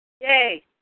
Yay